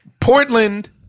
Portland